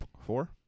Four